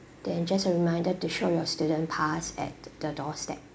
then just a reminder to show your student pass at the doorstep